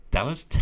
Dallas